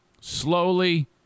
Slowly